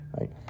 right